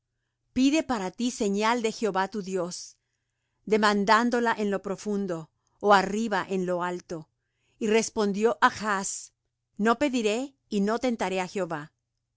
pide para ti señal de jehová tu dios demandándola en lo profundo ó arriba en lo alto y respondió achz no pediré y no tentaré á jehová